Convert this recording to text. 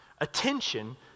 attention